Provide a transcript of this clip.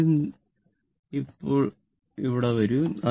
ആദ്യം നീ ഇപ്പോൾ ഇവിടെ വരൂ